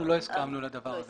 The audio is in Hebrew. אנחנו לא הסכמנו לדבר הזה